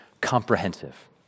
comprehensive